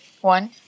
one